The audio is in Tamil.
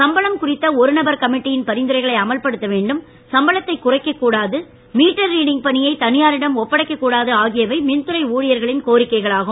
சம்பளம் குறித்த ஒரு நபர் கமிட்டியின் பரிந்துரைகளை அமல்படுத்த வேண்டும் சம்பளத்தை குறைக்கக் கூடாது மற்றும் மீட்டர் ரீடிங் பணியை தனியாரிடம் ஒப்படைக்கக் கூடாது ஆகியவை மின்துறை ஊழியர்களின் கோரிக்கைகளாகும்